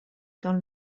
dans